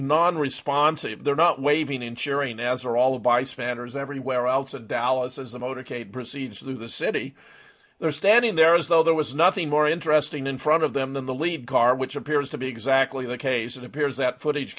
non responsive they're not waving and cheering as are all the bystanders everywhere else in dallas as the motorcade proceeds to the city they are standing there as though there was nothing more interesting in front of them than the lead car which appears to be exactly the case it appears that footage